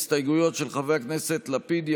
הסתייגויות של חברי הכנסת יאיר לפיד,